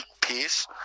peace